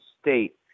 state